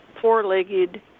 four-legged